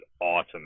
awesome